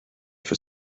for